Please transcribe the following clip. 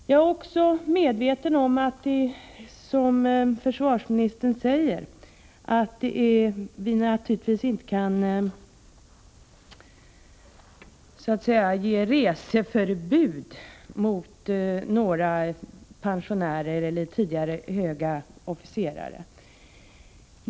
Jag är också medveten om det som försvarsministern säger, att vi naturligtvis inte kan utfärda reseförbud för pensionerade tidigare höga officerare.